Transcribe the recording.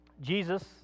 Jesus